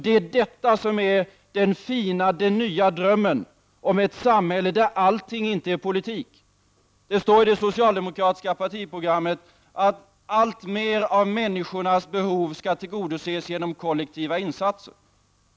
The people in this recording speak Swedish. Det är detta som är den fina, nya drömmen om ett samhälle där inte allting är politik. Det står i det socialdemokratiska partiprogrammet att alltmer av människornas behov skall tillgodoses genom kollektiva insatser.